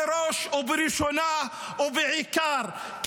בראש ובראשונה ובעיקר,